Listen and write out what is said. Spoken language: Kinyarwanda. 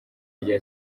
rya